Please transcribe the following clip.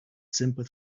simple